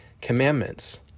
commandments